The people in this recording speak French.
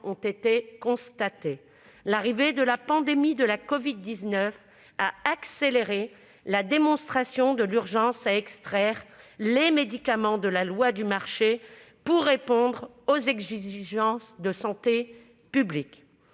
ont été constatées en 2020, l'arrivée de la pandémie de la covid-19 a accéléré la démonstration de l'urgence à extraire les médicaments de la loi du marché, pour répondre aux exigences de santé publique.